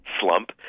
slump